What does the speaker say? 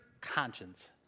conscience